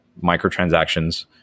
microtransactions